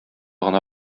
гына